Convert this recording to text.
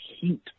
heat